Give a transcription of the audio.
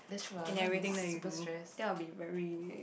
and I waiting then you do then I will be very